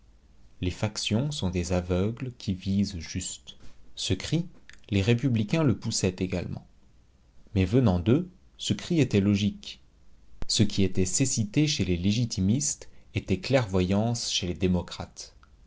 les factions sont des aveugles qui visent juste ce cri les républicains le poussaient également mais venant d'eux ce cri était logique ce qui était cécité chez les légitimistes était clairvoyance chez les démocrates